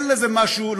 אין לזה משהו,